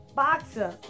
boxer